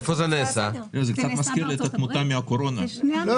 זה נעשה בארצות הברית.